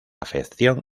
afección